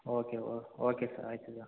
okay okay sir ಆಯ್ತು ಈಗ